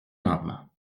lentement